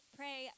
pray